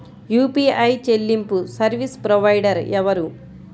UPI చెల్లింపు service provider ఎవరు?